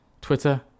Twitter